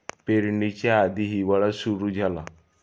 पेरणीच्या आधीच हिवाळा सुरू झाला